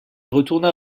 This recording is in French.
retourna